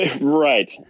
Right